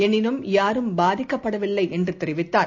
எனினும் யார்மபாதிக்கப்படவில்லைஎன்றுதெரிவித்தார்